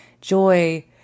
joy